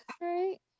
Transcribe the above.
Right